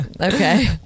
Okay